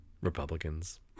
Republicans